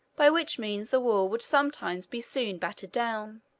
by which means the wall would sometimes be soon battered down.